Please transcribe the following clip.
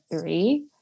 three